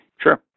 Sure